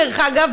דרך אגב,